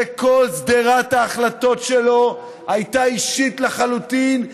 שכל שדרת ההחלטות שלו הייתה אישית לחלוטין,